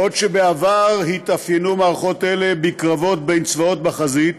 בעבר התאפיינו מערכות אלה בקרבות בין צבאות בחזית,